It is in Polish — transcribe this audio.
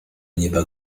nieba